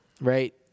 right